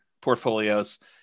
portfolios